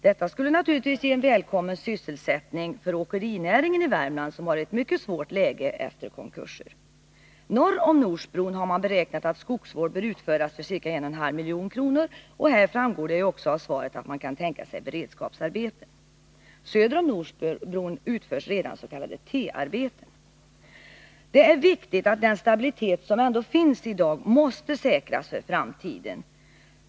Detta skulle naturligtvis ge en välkommen sysselsättning för åkerinäringen i Värmland, som har ett mycket svårt läge efter konkurser. Norr om Norsbron har man beräknat att skogsvård bör utföras för ca 1,5 milj.kr. Här framgår det också av svaret att man kan tänka sig beredskapsarbeten. Söder om Norsbron utförs redan s.k. T-arbeten. Det är viktigt att den stabilitet som finns i dag säkras för framtiden.